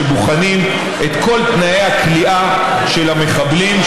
ובוחנים את כל תנאי הכליאה של המחבלים,